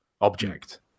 object